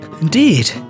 Indeed